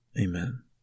Amen